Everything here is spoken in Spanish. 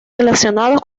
relacionados